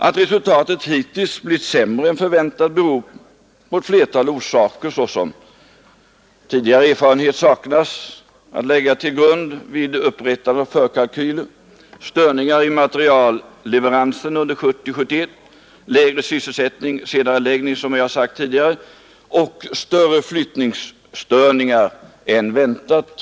Att resultatet hittills blivit sämre än förväntat har ett flertal orsaker såsom att tidigare erfarenhet saknades att lägga till grund vid upprättandet av förkalkyler, störningar i materialleveranserna under 1970 och 1971, lägre sysselsättning, senareläggning av order som jag sade tidigare, större flyttningsstörningar än väntat.